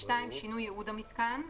שינוי ייעוד המיתקן,